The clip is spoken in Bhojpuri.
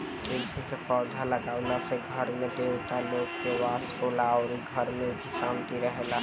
तुलसी के पौधा लागावला से घर में देवता लोग के वास होला अउरी घर में भी शांति रहेला